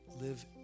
live